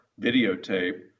videotape